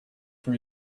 for